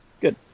Good